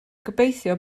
gobeithio